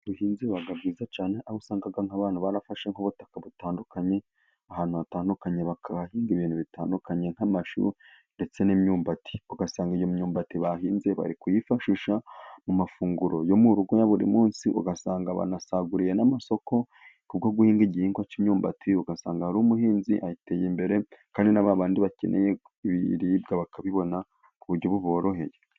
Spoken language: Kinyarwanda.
Ubuhinzi buba bwiza cyane, aho usangaga nk'abantu barafashe nk'ubutaka butandukanye ahantu hatandukanye, bakahahinga ibintu bitandukanye, nk'amashu ndetse n'imyumbati, ugasanga iyo myumbati bahinze bari kuyifashisha mu mafunguro yo mu rugo ya buri munsi, ugasanga banasaguriye n'amasoko kubwo guhinga igihingwa cy'imyumbati, ugasanga ari umuhinzi ateye imbere kandi na ba bandi bakeneye ibiribwa bakabibona ku buryo buboroheye.